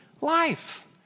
life